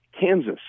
Kansas